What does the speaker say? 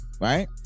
Right